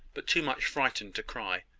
but too much frightened to cry.